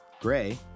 Gray